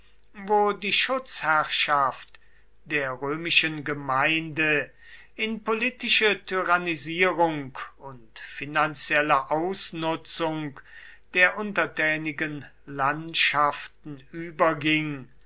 wo die schutzherrschaft der römischen gemeinde in politische tyrannisierung und finanzielle ausnutzung der untertänigen landschaften überging